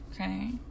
Okay